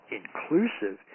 inclusive